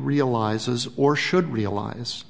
realizes or should realize